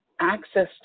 Access